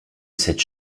cette